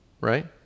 right